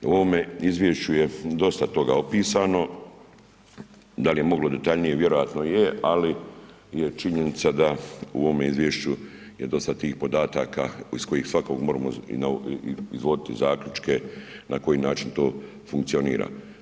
U ovome izvješću je dosta toga opisano, da li je moglo detaljnije, vjerojatno je ali je činjenica da u ovome izvješću je dosta tih podataka iz kojih svakog moramo izvoditi zaključke na koji način to funkcionira.